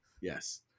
Yes